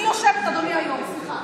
אני יושבת, אדוני היו"ר, סליחה.